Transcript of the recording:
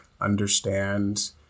understand